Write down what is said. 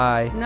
Bye